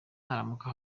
naramuka